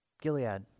Gilead